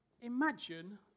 imagine